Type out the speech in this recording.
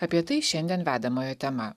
apie tai šiandien vedamojo tema